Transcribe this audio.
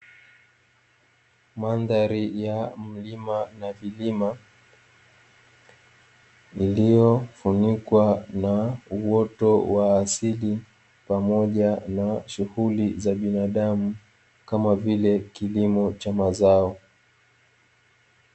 Mandhari ya mlima na vilima iliyofunikwa na uoto wa asili pamoja na shughuli za binadamu kama vile kilimo cha mazao.